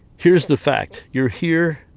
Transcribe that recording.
here's the fact you're here,